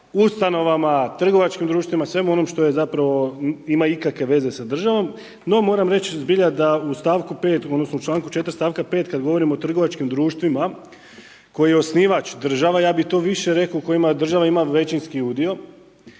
ustanovama, trgovačkim društvima, svemu onom što ima ikakve veze sa državom. No moram reći zbilja da u stavku 5. odnosno u članku 4. stavka 5. kad govorim o trgovačkim društvima koji je osnivač država, ja bi to više rekao u kojima država ima većinski udio,